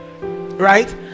Right